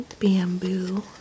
bamboo